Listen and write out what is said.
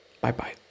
bye-bye